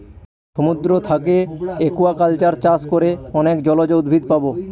সমুদ্র থাকে একুয়াকালচার চাষ করে অনেক জলজ উদ্ভিদ পাবো